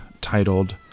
titled